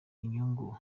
inyungu